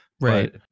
Right